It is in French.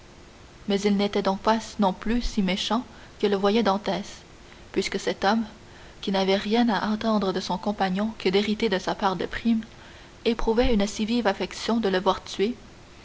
mais il n'était donc pas non plus si méchant que le voyait dantès puisque cet homme qui n'avait rien à attendre de son compagnon que d'hériter sa part de primes éprouvait une si vive affliction de le voir tué